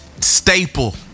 staple